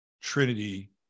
Trinity